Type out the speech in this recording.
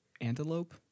antelope